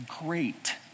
great